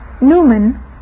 Newman